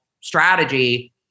strategy